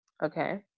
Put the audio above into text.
Okay